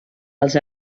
els